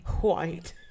white